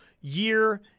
year